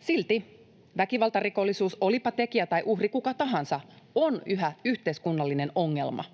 Silti väkivaltarikollisuus, olipa tekijä tai uhri kuka tahansa, on yhä yhteiskunnallinen ongelma.